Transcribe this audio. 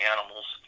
Animals